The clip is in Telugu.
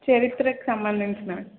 చరిత్రకి సంబంధించినవి